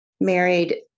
married